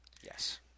Yes